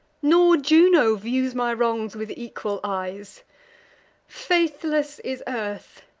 nor juno views my wrongs with equal eyes faithless is earth,